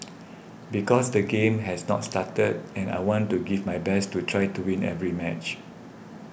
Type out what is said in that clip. because the game has not started and I want to give my best to try to win every match